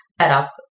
setup